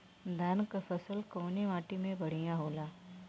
धान क फसल कवने माटी में बढ़ियां होला?